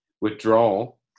withdrawal